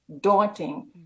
daunting